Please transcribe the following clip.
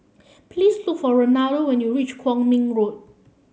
please look for Ronaldo when you reach Kwong Min Road